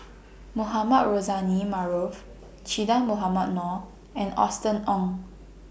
Mohamed Rozani Maarof Che Dah Mohamed Noor and Austen Ong